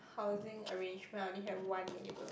housing arrangement only have one neighbour